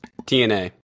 tna